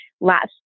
last